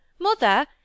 Mother